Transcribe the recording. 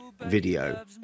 video